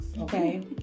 Okay